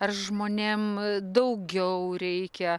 ar žmonėm daugiau reikia